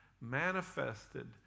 manifested